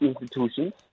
institutions